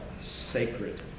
sacred